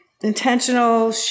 Intentional